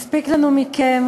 מספיק לנו מכם.